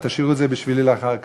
תשאירו את זה בשבילי לאחר כך.